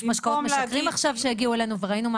יש משקאות משכרים עכשיו שהגיעו אלינו וראינו מה